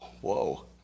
Whoa